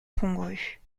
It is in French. congrue